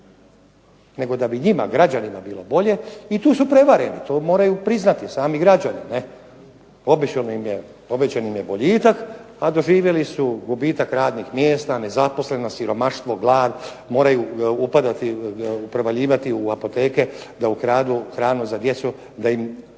nego da bi njima, građanima bilo bolje i tu su prevareni. To moraju priznati sami građani, ne? Obećan im je boljitak, a doživjeli su gubitak radnih mjesta, nezaposlenost, siromaštvo, glad. Moraju upadati, provaljivati u apoteke da ukradu hranu za djecu da im ne